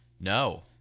No